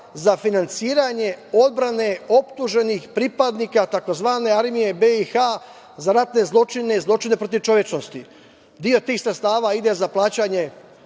za finansiranje odbrane optuženih pripadnika tzv. Armije BiH za ratne zločine i zločine protiv čovečnosti. Deo tih sredstava ide za plaćanje